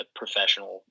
professional